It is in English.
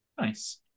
Nice